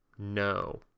No